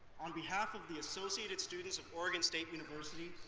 on behalf of the associated students of oregon state university,